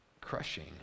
crushing